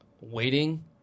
waiting